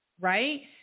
right